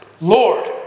Lord